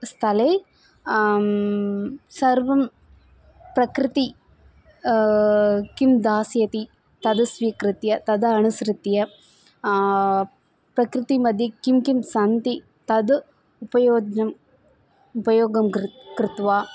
स्थले सर्वं प्रकृतिः किं दास्यति तद् स्वीकृत्य तद अनुसृत्य प्रकृतिमध्ये किं किं सन्ति तद् उपयोजनम् उपयोगं कृ कृत्वा